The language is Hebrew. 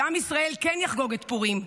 שעם ישראל כן יחגוג את פורים,